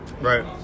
Right